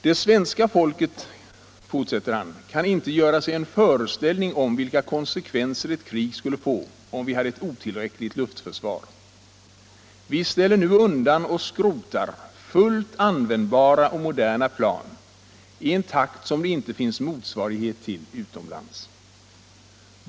Det svenska folket kan inte göra sig en föreställning om vilka konsekvenser ett krig skulle få om vi hade ett otillräckligt luftförsvar. Vi ställer nu undan och skrotar fullt användbara och moderna plan i en takt som det inte finns motsvarighet till utomlands.